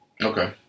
Okay